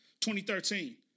2013